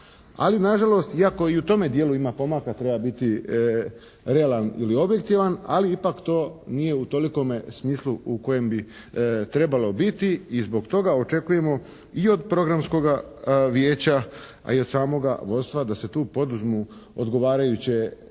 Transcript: Ali na žalost iako i u tome dijelu ima pomaka treba biti realan ili objektivan, ali ipak to nije u tolikome smislu u kojem bi trebalo biti i zbog toga očekujemo i od programskoga vijeća a i od samoga vodstva da se tu poduzmu odgovarajuće